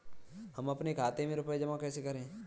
हम अपने खाते में रुपए जमा कैसे करें?